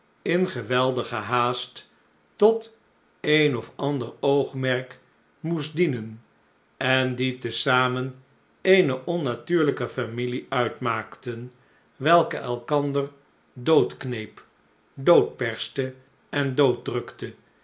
in geweldige haast tot een of ander oogmerk moest dienen en die te zamen eene onnatuurlijke familie uitmaakten welke elkander doodkneep doodperste en dooddrukte